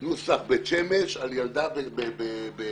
נוסח בית שמש על ילדה בטבריה.